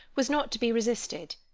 was not to be resisted.